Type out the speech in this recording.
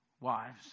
wives